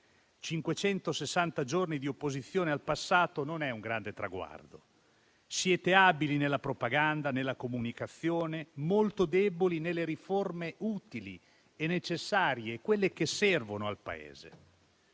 560 giorni di opposizione al passato non sono un grande traguardo. Siete abili nella propaganda e nella comunicazione, ma molto deboli nelle riforme utili e necessarie, quelle che servono al Paese.